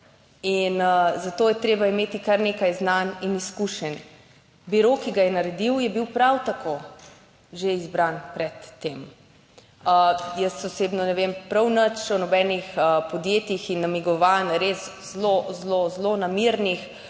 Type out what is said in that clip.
In zato je treba imeti kar nekaj znanj in izkušenj. Biro, ki ga je naredil, je bil prav tako že izbran pred tem. Jaz osebno ne vem prav nič o nobenih podjetjih in namigovanj res zelo, zelo zlonamernih